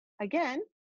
again